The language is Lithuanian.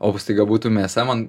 o va staiga būtų mėsa man